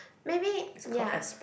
maybe ya